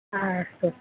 हा अस्तु